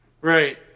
right